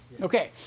Okay